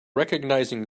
recognizing